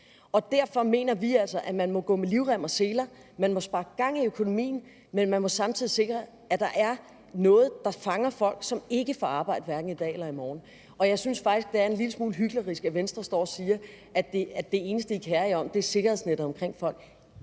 Derfor mener vi altså, at man må gå med livrem og seler. Man må sparke gang i økonomien, men man må samtidig sikre, at der er noget, der fanger de folk, som ikke får arbejde hverken i dag eller i morgen. Jeg synes faktisk, det er en lille smule hyklerisk, at Venstre står og siger, at det eneste, de kerer sig om, er sikkerhedsnettet for folk.